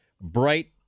bright